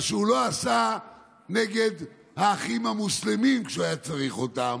מה שהוא לא עשה נגד האחים המוסלמים כשהוא היה צריך אותם,